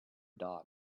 dog